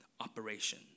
operation